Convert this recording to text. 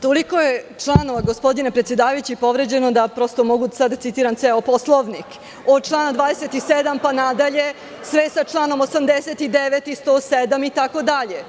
Toliko je članova, gospodine predsedavajući, povređeno, da prosto mogu sada da citiram ceo Poslovnik, od člana 27, pa nadalje, sve sa članom 89. i 107. itd.